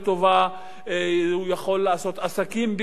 הוא יכול לעשות עסקים באותו יישוב,